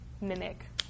mimic